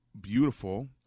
beautiful